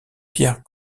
pierre